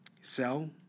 Sell